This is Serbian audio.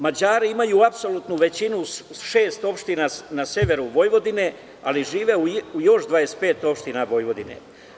Mađari imaju apsolutnu većinu u šest opština na severu Vojvodine, ali žive još u 25 opština Vojvodine.